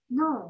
no